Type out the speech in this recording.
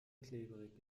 klebrig